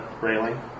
railing